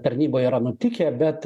tarnyboj yra nutikę bet